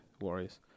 Warriors